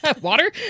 Water